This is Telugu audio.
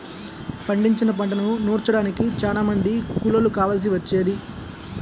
పండించిన పంటను నూర్చడానికి చానా మంది కూలోళ్ళు కావాల్సి వచ్చేది